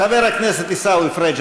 חבר הכנסת עיסאווי פריג',